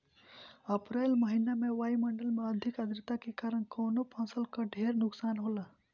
अप्रैल महिना में वायु मंडल में अधिक आद्रता के कारण कवने फसल क ढेर नुकसान होला?